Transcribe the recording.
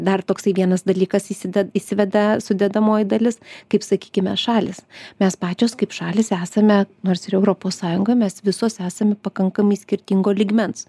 dar toksai vienas dalykas įsided įsiveda sudedamoji dalis kaip sakykime šalys mes pačios kaip šalys esame nors europos ir sąjunga mes visos esame pakankamai skirtingo lygmens